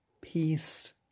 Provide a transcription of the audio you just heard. peace